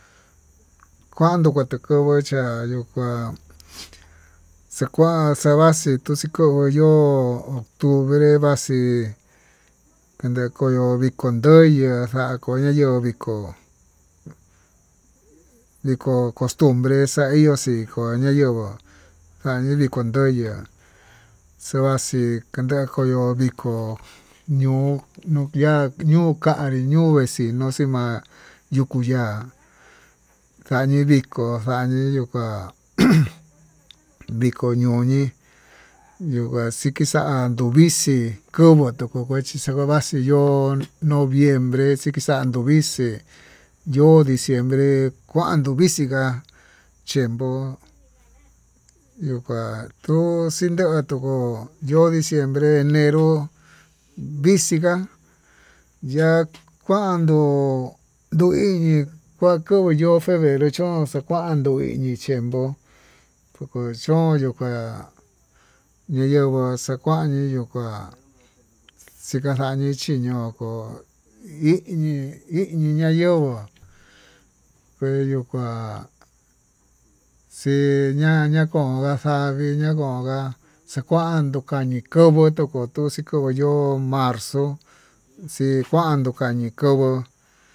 Kuando katuvuu chá ihó chá xakua xavaxii tuxii konguó yo'ó, octubre vaxii kande koo vikó ndoyu ndá konayo'ó vikó vikó costumbre xa ihó xikó ñayenguó xandió viko yundiá xonguaxi kande koyó vikó ñuu ñukiá yuu kanrí ñuu ixino xima'á, yuku ya'a xanii vikó xa'á ñii yuu kuá ujun viko ñoñi xañi xikixa'á nduvixi konguó tuku kuechí xavaxi yo'ó noviembre xikixa'a no'o vixii yo'ó diciembre kuan no'o vixinguá chiempo yoxikuan tukó yo'ón, diciembre, enero vixhika ya kuando yuui febrero yo'ó xakuandó uu iñi chiempo, kuu chón yuu kuá ñayenguó xakuani yuu ka'a xikaxañi chiñokó iñi, iñi nayenguó iyokuan xii ña'a ñakonnguá xañii nakogua xakuandó kani xokonguó tuxii ko'o yo'ó marzo xii nguan nduka nikonguó.